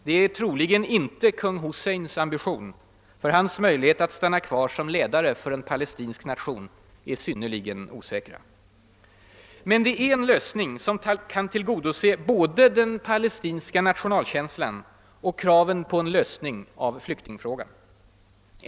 Det är troligen inte kung Husseins ambition; hans möjlighet att få stanna kvar som ledare för en palestinsk nation är synnerligen osäker. Men det är en lösning som kan tillgodose både den palestinska nationalkänslan och kraven på en lösning av flyktingfrågan.